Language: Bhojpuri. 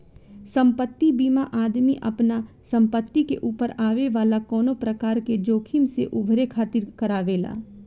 संपत्ति बीमा आदमी आपना संपत्ति के ऊपर आवे वाला कवनो प्रकार के जोखिम से उभरे खातिर करावेला